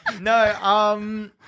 No